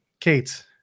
Kate